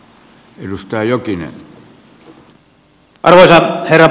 arvoisa herra puhemies